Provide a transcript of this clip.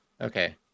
Okay